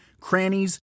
crannies